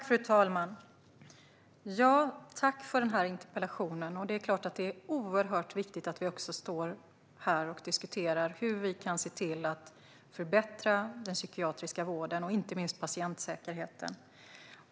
Fru talman! Tack för interpellationen! Det är klart att det är oerhört viktigt att vi diskuterar hur vi kan förbättra den psykiatriska vården, inte minst patientsäkerheten.